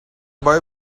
boy